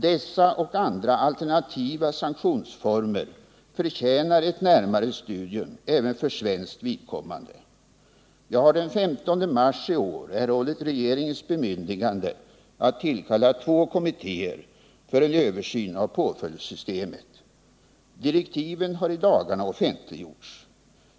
Dessa och andra alternativa sanktionsformer förtjänar ett närmare studium även för svenskt vidkommande. Jag har den 15 mars i år erhållit regeringens bemyndigande att tillkalla två kommittéer för en översyn av påföljdssystemet. Direktiven har i dagarna offentliggjorts.